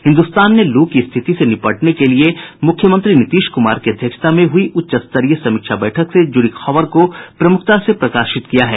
हिन्दुस्तान ने लू की स्थिति से निपटने के लिए मुख्यमंत्री नीतीश कुमार की अध्यक्षता में हुई उच्च स्तरीय समीक्षा बैठक से जुड़ी खबर को प्रमुखता से प्रकाशित किया है